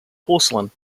porcelain